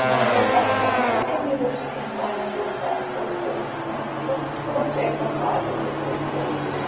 ییٚمہِ دۄہ اَسہِ اٮ۪کزام چھُ اَمی دۄہ چھُ کینٛہہ تانٮ۪تھ دۄہ تہٕ اَسہِ کوٚرُکھ پوسٹ فون مطلب صُبحس چھُ اٮ۪کزام کالچَن پَتہِ کوٚرُکھ پوسٹ فون